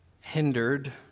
hindered